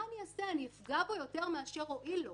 שאני אעשה אני אפגע בו יותר מאשר אועיל לו,